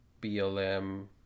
BLM